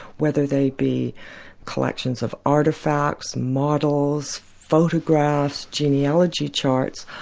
whether they be collections of artefacts, models, photographs, genealogy charts,